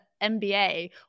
MBA